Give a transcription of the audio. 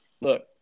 look